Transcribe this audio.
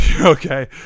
Okay